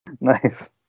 Nice